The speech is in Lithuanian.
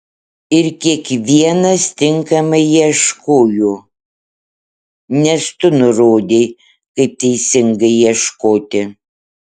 ir kiekvienas tinkamai ieškojo nes tu nurodei kaip teisingai ieškoti